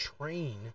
train